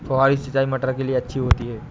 फुहारी सिंचाई मटर के लिए अच्छी होती है?